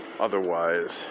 Otherwise